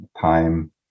time